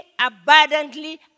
abundantly